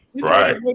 right